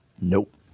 Nope